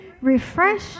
refresh